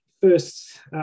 first